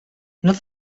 not